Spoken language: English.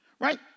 right